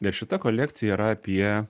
ir šita kolekcija yra apie